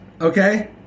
Okay